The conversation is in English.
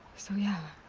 so yeah.